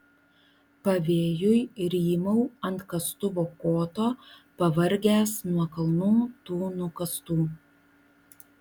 pavėjui rymau ant kastuvo koto pavargęs nuo kalnų tų nukastų